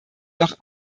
noch